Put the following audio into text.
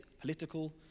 political